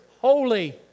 holy